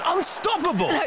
Unstoppable